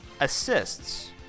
assists